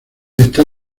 está